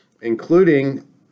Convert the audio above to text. including